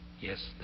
Yes